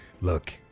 Look